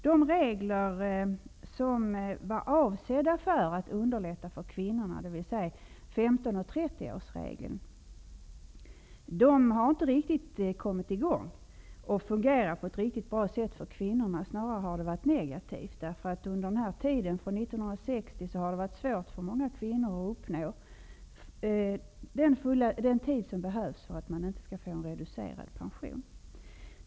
De regler som var avsedda att underlätta för kvinnorna, dvs. 15 och 30 årsregeln, har inte kommit i gång och fungerat på ett riktigt bra sätt för kvinnorna, snarare har det varit negativt. Under tiden från 1960 har det varit svårt för kvinnor att uppnå den tid som behövs för att man inte skall få en reducerad pension.